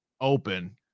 open